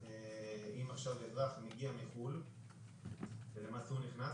אם עכשיו אזרח מגיע מחו"ל, הוא נכנס